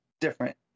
different